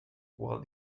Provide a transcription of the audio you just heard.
while